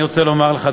אני רוצה לומר לך,